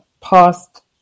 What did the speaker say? past